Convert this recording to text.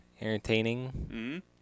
entertaining